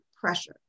pressure